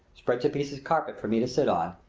spreads a piece of carpet for me to sit on,